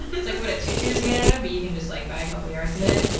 it's like what a tutu is made out of, but you can just like buy a couple of yards of it.